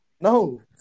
No